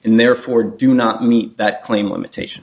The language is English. and therefore do not meet that claim limitation